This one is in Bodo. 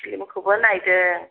फिलिमखौबो नायदों